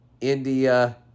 India